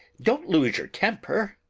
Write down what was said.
don't lose your temper!